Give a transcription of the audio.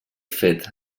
fet